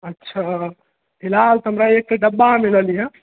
अच्छा फिलहाल तऽ हमरा एक डब्बा आनी रहलीहऽ